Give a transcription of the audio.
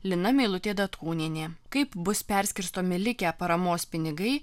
lina meilutė datkūnienė kaip bus perskirstomi likę paramos pinigai